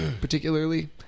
particularly